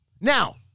Now